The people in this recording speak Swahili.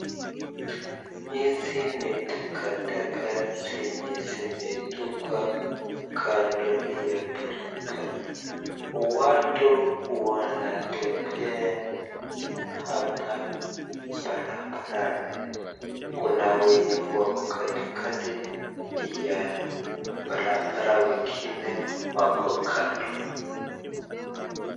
Hizi ni takataka ambazo zimetupwa kando ya barabara. Watu wanatembea hapa barabarani. Kuna wenye wako katikati ya barabara wengine wako kando.